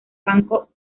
banco